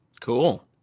Cool